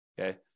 okay